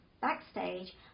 Backstage